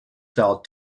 sell